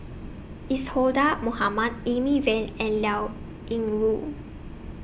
Isadhora Mohamed Amy Van and Liao Yingru